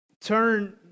turn